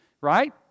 right